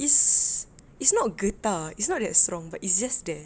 it's it's not getah it's not that strong but it's just there